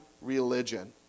religion